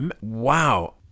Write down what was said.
wow